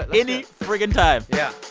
any friggin' time yeah